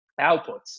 outputs